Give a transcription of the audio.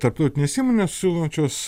tarptautinės įmonės siūlančios